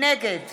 נגד